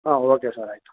ಹಾಂ okay sir ಆಯಿತು